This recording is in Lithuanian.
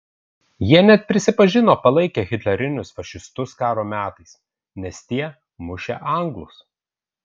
jie net prisipažino palaikę hitlerinius fašistus karo metais nes tie mušę anglus